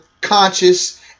conscious